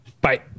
Bye